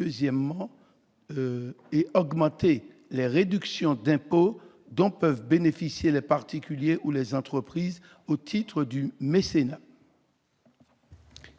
également à augmenter les réductions d'impôt dont peuvent bénéficier les particuliers ou les entreprises au titre du mécénat.